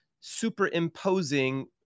superimposing